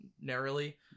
narrowly